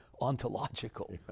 ontological